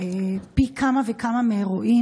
פי כמה וכמה מהרואין.